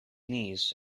knees